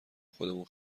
خودمون